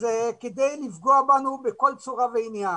זה כדי לפגוע בנו בכל צורה ועניין